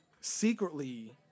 secretly